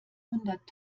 hundert